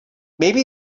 maybe